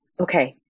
Okay